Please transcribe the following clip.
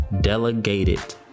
delegated